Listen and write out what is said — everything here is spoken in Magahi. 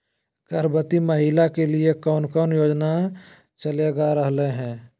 गर्भवती महिला के लिए कौन कौन योजना चलेगा रहले है?